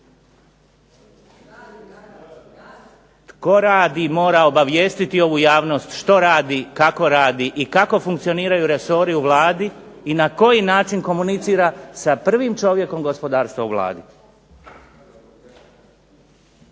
Tko radi mora obavijestiti ovu javnost što radi, kako radi i kako funkcioniraju resori u Vladi i na koji način komunicira sa prvim čovjekom gospodarstva u Vladi.